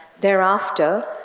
Thereafter